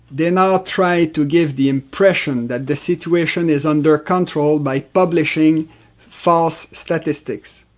they now try to give the impression that the situation is under control by publishing false statistics.